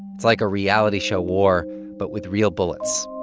it's like a reality show war but with real bullets.